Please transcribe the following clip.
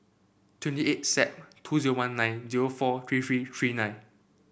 twenty eight Sep two zero one nine zero four three three three nine